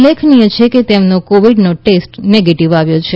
ઉલ્લેખનીય છે કે તેમનો કોવિડનો ટેસ્ટ નેગેટિવ આવ્યો છે